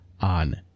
on